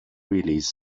release